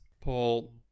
Paul